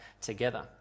together